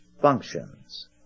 functions